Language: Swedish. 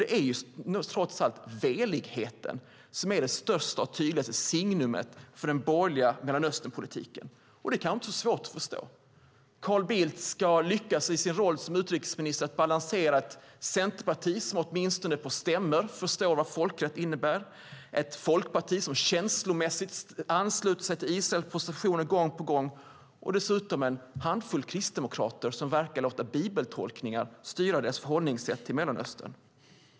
Det är trots allt veligheten som är det största och tydligaste signumet för den borgerliga Mellanösternpolitiken, och det kanske inte är så svårt att förstå. Carl Bildt ska i sin roll som utrikesminister lyckas balansera ett centerparti som åtminstone på stämmor förstår vad folkrätt innebär, ett folkparti som känslomässigt ansluter sig till Israels positioner gång på gång och dessutom en handfull kristdemokrater som verkar låta bibeltolkningar styra sitt förhållande till Mellanöstern.